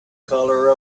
color